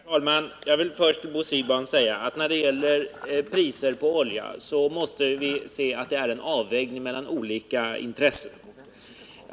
Herr talman! Jag vill först till Bo Siegbahn säga, att vi när det gäller priser på olja måste göra en avvägning mellan olika intressen.